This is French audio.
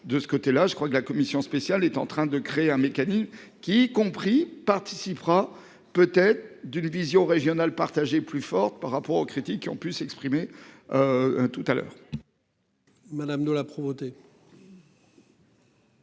de ce côté-là, je crois que la commission spéciale est en train de créer un mécanisme qui compris participera peut-être d'une vision régionale partager plus forte par rapport aux critiques qui ont pu s'exprimer. Tout à l'heure.